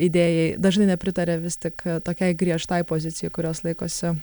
idėjai dažnai nepritaria vis tik tokiai griežtai pozicijai kurios laikosi